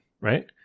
right